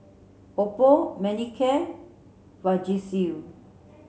Oppo Manicare Vagisil